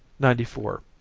ninety four.